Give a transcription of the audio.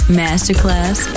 masterclass